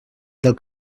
del